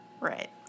Right